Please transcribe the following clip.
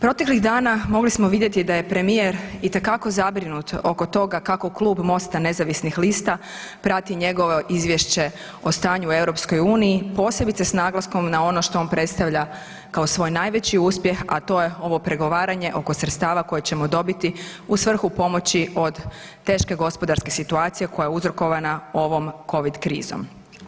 Proteklih dana mogli smo vidjeti da je premijer itekako zabrinut oko toga kako klub Mosta nezavisnih lista prati njegovo izvješće o stanju u EU, posebice s naglaskom na ono što on predstavlja kao svoj najveći uspjeh, a to je ovo pregovaranje oko sredstava koje ćemo dobiti u svrhu pomoći od teške gospodarske situacije koja je uzrokovana ovom covid krizom.